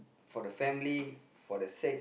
for the family for the sake